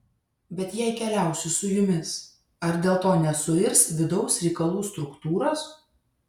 bet jei keliausiu su jumis ar dėl to nesuirs vidaus reikalų struktūros